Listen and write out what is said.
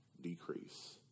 decrease